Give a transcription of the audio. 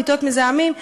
פליטות מזהמים,